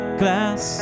glass